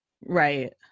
Right